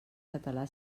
català